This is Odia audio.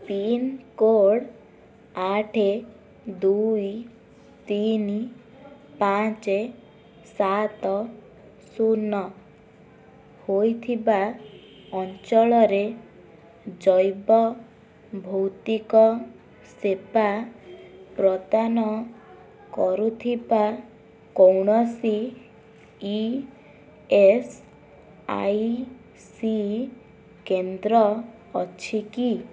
ପିନକୋଡ଼୍ ଆଠ ଦୁଇ ତିନି ପାଞ୍ଚ ସାତ ଶୂନ ହୋଇଥିବା ଅଞ୍ଚଳରେ ଜୈବ ଭୌତିକ ସେବା ପ୍ରଦାନ କରୁଥିବା କୌଣସି ଇ ଏସ୍ ଆଇ ସି କେନ୍ଦ୍ର ଅଛି କି